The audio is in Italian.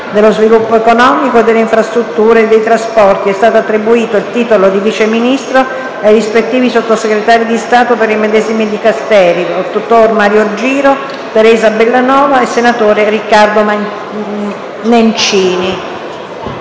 dello sviluppo economico e delle infrastrutture e dei trasporti, e stato attribuito il titolo di Vice Ministro ai rispettivi Sottosegretari di Stato per i medesimi Dicasteri dott. Mario GIRO, on. Teresa BELLANOVA e sen. Riccardo NENCINI.